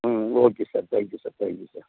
ம் okay sir thank you sir thank you sir